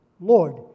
Lord